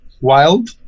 Wild